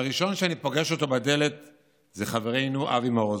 והראשון שאני פוגש בדלת הוא חברינו אבי מעוז.